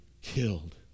killed